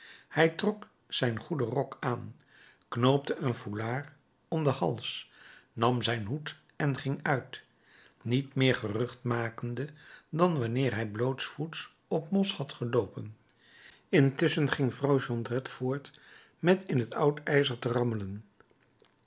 hij trok zijn goeden rok aan knoopte een foulard om den hals nam zijn hoed en ging uit niet meer gerucht makende dan wanneer hij blootsvoets op mos had geloopen intusschen ging vrouw jondrette voort met in het oud ijzer te rammelen